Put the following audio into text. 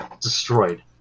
destroyed